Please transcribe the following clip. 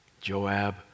Joab